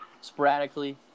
sporadically